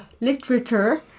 Literature